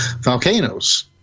volcanoes